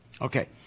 Okay